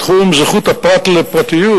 בתחום זכות הפרט לפרטיות,